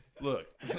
Look